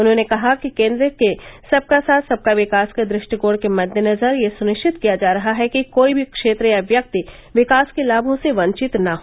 उन्होंने कहा कि केंद्र के सबका साथ सबका विकास के दृष्टिकोण के मद्देनजर यह सुनिश्चित किया जा रहा है कि कोई भी क्षेत्र या व्यक्ति विकास के लाभों से वंचित न हो